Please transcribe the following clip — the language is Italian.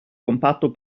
compatto